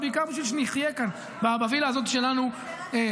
אבל בעיקר בשביל שנחיה כאן בווילה הזאת שלנו בג'ונגל.